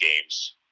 games